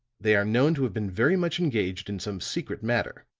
they are known to have been very much engaged in some secret matter.